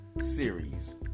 series